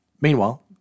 Meanwhile